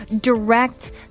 direct